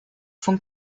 von